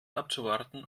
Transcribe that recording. abzuwarten